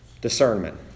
Discernment